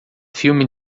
filme